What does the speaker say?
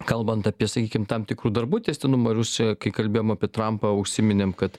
kalbant apie sakykim tam tikrų darbų tęstinumą rusijoje kai kalbėjom apie trumpą užsiminėm kad